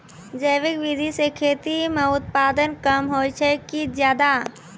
जैविक विधि से खेती म उत्पादन कम होय छै कि ज्यादा?